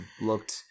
looked